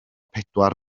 pedwar